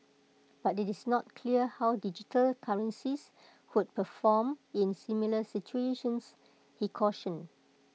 but IT is not clear how digital currencies would perform in similar situations he cautioned